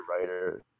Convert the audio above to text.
writer